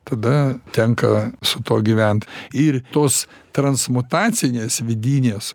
tada tenka su tuo gyvent ir tos transmutacinės vidinės